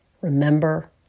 Remember